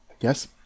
Yes